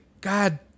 God